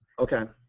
okay.